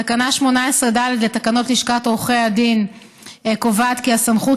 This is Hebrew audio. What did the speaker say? תקנה 18(ד) לתקנות לשכת עורכי הדין קובעת כי הסמכות